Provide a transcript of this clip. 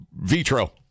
vitro